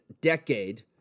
decade